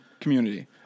community